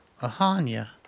Ahania